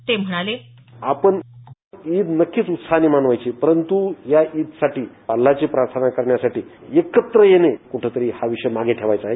ते म्हणाले आपण ईद नक्कीच उत्साहाने मनवायची परंतू या ईदसाठी अल्लाहची प्रार्थना करण्यासाठी एकत्र येणे कुठेतरी हा विषय मागे ठेवायचाय